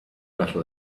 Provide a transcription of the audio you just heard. metal